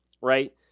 right